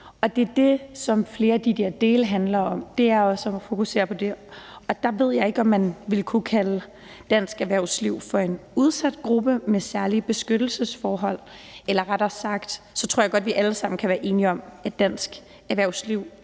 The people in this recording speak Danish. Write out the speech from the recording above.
det er det, som flere af de der dele handler om, altså også at fokusere på det. Jeg ved ikke, om man vil kunne kalde dansk erhvervsliv for en udsat gruppe med særlige beskyttelsesbehov, eller rettere sagt tror jeg, at vi alle sammen godt kan være enige om, at dansk erhvervsliv